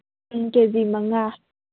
ꯎꯝ ꯀꯦ ꯖꯤ ꯃꯉꯥ